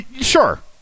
sure